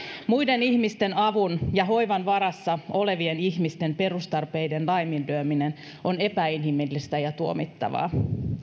muiden ihmisten avun ja hoivan varassa olevien ihmisten perustarpeiden laiminlyöminen on epäinhimillistä ja tuomittavaa